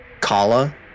kala